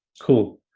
Cool